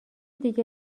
دیگه